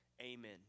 Amen